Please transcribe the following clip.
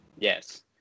Yes